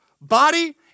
body